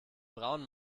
braunen